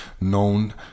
known